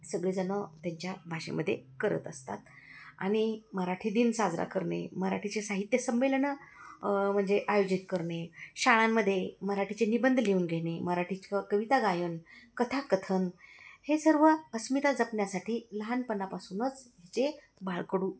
सगळे जणं त्यांच्या भाषेमध्ये करत असतात आणि मराठी दिन साजरा करणे मराठीचे साहित्य संमेलनं म्हणजे आयोजित करणे शाळांमध्ये मराठीचे निबंध लिहून घेणे मराठी क कविता गायन कथाकथन हे सर्व अस्मिता जपण्यासाठी लहानपणापासूनच हेचे बाळकडू